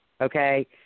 Okay